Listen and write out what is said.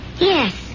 yes